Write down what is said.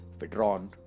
withdrawn